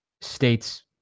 states